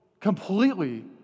completely